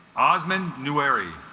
osman new arey